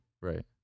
Right